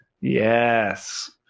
yes